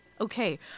okay